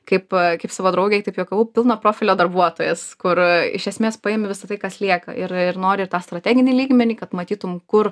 kaip kaip savo draugei taip juokavau pilno profilio darbuotojas kur iš esmės paimi visa tai kas lieka ir ir nori ir tą strateginį lygmenį kad matytum kur